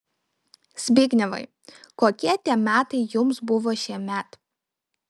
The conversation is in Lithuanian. zbignevai kokie tie metai jums buvo šiemet